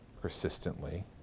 persistently